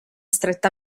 stretta